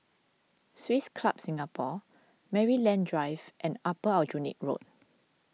Swiss Club Singapore Maryland Drive and Upper Aljunied Road